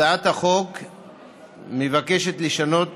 הצעת החוק מבקשת לשנות